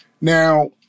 Now